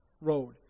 road